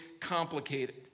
complicated